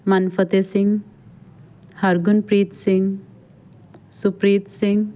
Manfateh Singh Hargunpreet Singh Supreet Singh